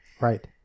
right